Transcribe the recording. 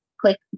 click